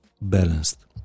balanced